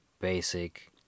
basic